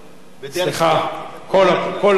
סליחה, כל הימים,